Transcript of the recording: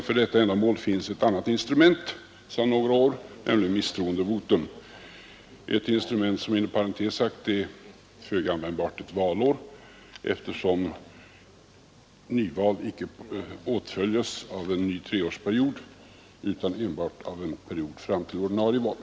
För det ändamålet finns sedan några år ett annat instrument, nämligen misstroendevotum — ett instrument som inom parentes sagt är föga användbart ett valår, eftersom nyval icke åtföljs av en ny treårsperiod utan enbart av en period fram till och över ordinarie val.